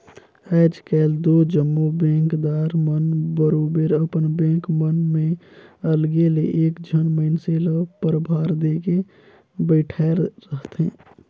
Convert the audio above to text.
आएज काएल दो जम्मो बेंकदार मन बरोबेर अपन बेंक मन में अलगे ले एक झन मइनसे ल परभार देके बइठाएर रहथे